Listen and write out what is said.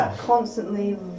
constantly